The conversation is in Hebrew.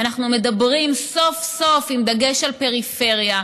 אנחנו מדברים סוף-סוף עם דגש על פריפריה.